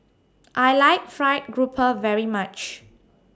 I like Fried Grouper very much